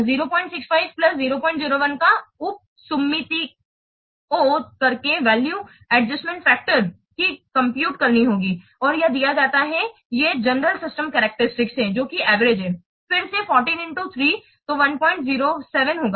065 001 का उपसुम्मातिओं करके वैल्यू एडजस्टमेंट फैक्टर की कंप्यूट करनी होगी और यह दिया जाता है कि ये जनरल सिस्टम कैरक्टरस्टिक हैं जो की एवरेज हैं फिर से 14 X 3 तो 107 होगा